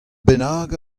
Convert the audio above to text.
bennak